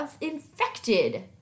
infected